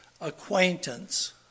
acquaintance